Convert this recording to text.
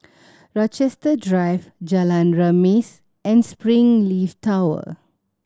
Rochester Drive Jalan Remis and Springleaf Tower